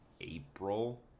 April